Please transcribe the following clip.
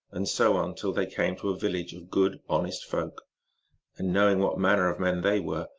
and so on till they came to a village of good, honest folk and knowing what manner of men they were,